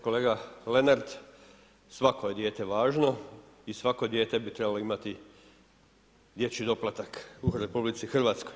Kolega Lenart, svako je dijete važno i svako dijete bi trebalo imati dječji doplatak u RH.